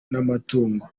n’amatungo